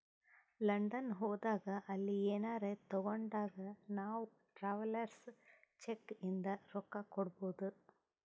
London ಹೋದಾಗ ಅಲ್ಲಿ ಏನರೆ ತಾಗೊಂಡಾಗ್ ನಾವ್ ಟ್ರಾವೆಲರ್ಸ್ ಚೆಕ್ ಇಂದ ರೊಕ್ಕಾ ಕೊಡ್ಬೋದ್